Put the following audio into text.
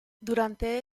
durante